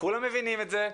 כולם מבינים את זה,